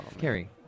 Carrie